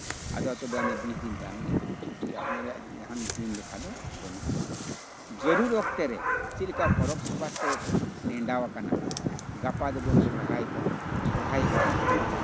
ᱟᱫᱚ ᱩᱱᱠᱤᱱ ᱫᱚ ᱵᱤᱥ ᱫᱤᱱ ᱛᱟᱭᱚᱢ ᱜᱮ ᱪᱷᱩᱴᱤᱜᱼᱟ ᱚᱱᱟ ᱨᱮᱭᱟᱜ ᱡᱟᱦᱟᱱ ᱫᱤᱱ ᱞᱮᱠᱷᱟ ᱫᱚ ᱵᱟᱹᱱᱩᱜᱼᱟ ᱡᱟᱹᱨᱩᱲ ᱚᱠᱛᱮᱨᱮ ᱪᱮᱫ ᱞᱮᱠᱟ ᱯᱚᱨᱚᱵᱽ ᱯᱚᱨᱵᱷᱟᱥ ᱠᱚ ᱱᱮᱰᱟᱣ ᱠᱟᱱᱟ ᱜᱟᱯᱟ ᱫᱚᱵᱚᱱ ᱥᱚᱨᱦᱟᱭᱚᱜᱼᱟ